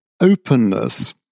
openness